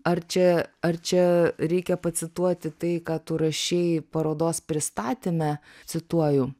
ar čia ar čia reikia pacituoti tai ką tu rašei parodos pristatyme cituoju